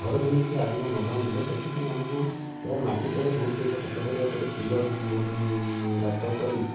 ଘର ଯେମିତି ଆଗକୁ ନ ଭାଙ୍ଗିବ ସେଥିପାଇଁ ଆମକୁ ପ୍ରାୟ ମାଟି ତଳେ ବହୁତ ପଇସା ଖର୍ଚ୍ଚ କରିବାକୁ ପଡ଼େ ପିଲର୍ ବହୁତ ଗାତ କରି